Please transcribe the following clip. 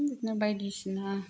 बिदिनो बायदि सिना